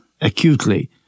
acutely